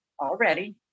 already